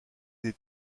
des